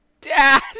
Dad